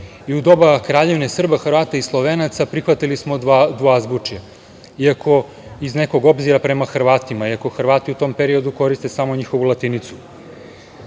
I u doba Kraljevine SHS prihvatili smo dvo-azbučje iz nekog obzira prema Hrvatima, iako Hrvati u tom periodu koriste samo njihovu latinicu.